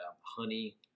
honey